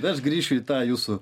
aš grįšiu į tą jūsų